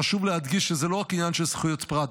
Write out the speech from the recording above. חשוב להדגיש שזה לא רק עניין של זכויות פרט,